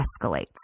escalates